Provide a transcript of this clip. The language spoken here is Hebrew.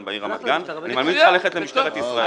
בעיר רמת גן אני ממליץ לך ללכת למשטרת ישראל.